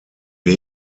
den